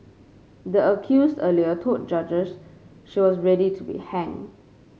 the accused earlier told judges she was ready to be hanged